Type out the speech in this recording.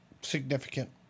significant